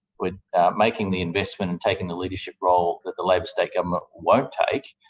we're making the investment and taking the leadership role that the labor state government won't take,